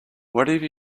whatever